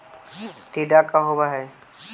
टीडा का होव हैं?